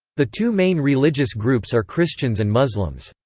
the two main religious groups are christians and muslims.